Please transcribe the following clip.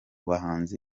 bahanzi